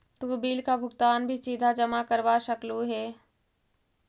तु बिल का भुगतान भी सीधा जमा करवा सकलु हे